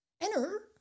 Enter